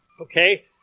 Okay